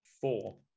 Four